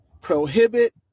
prohibit